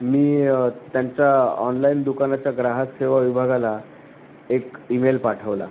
मी त्यांच्या ऑनलाईन दुकानाच्या ग्राहक सेवा विभागाला एक ईमेल पाठवला